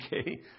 Okay